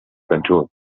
control